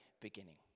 beginning